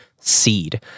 Seed